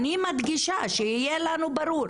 אני מדגישה, שיהיה לנו ברור